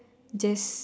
just